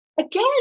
Again